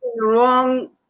wrong